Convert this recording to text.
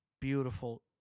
beautiful